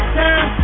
time